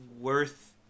worth